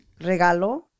regalo